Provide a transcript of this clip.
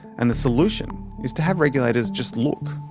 and the solution is to have regulators just look.